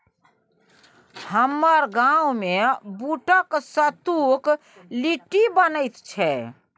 हमर गाममे बूटक सत्तुक लिट्टी बनैत छै